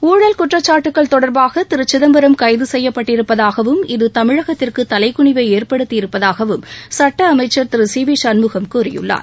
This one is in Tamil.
ஊழல் குற்றச்சாட்டுக்கள் தொடர்பாக திரு சிதம்பரம் கைது செய்யப்பட்டிருப்பதாகவும் இது தமிழகத்திற்கு தலைக்குனிவை ஏற்படுத்தியிருப்பதாகவும் சட்ட அமைச்சர் திரு சி வி சண்முகம் கூறியுள்ளார்